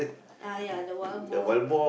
uh ya the wild boar